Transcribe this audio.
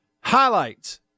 highlights